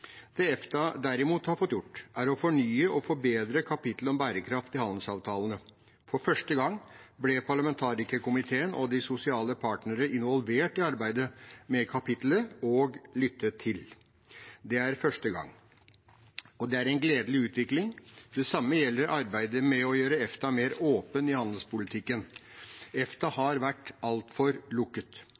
det må bli senere. Det EFTA derimot har fått gjort, er å fornye og forbedre kapittelet om bærekraft i handelsavtalene. For første gang ble parlamentarikerkomiteen og de sosiale partnere involvert i arbeidet med kapittelet og lyttet til. Det er første gang. Det er en gledelig utvikling. Det samme gjelder arbeidet med å gjøre EFTA mer åpen i handelspolitikken. EFTA har vært altfor lukket.